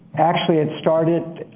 actually it started